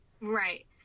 Right